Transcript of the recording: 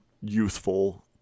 youthful